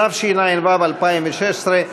התשע"ו 2016,